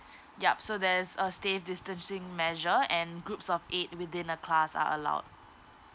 yup so there's a stay distancing measure and groups of eight within a class are allowed